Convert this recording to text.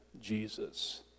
Jesus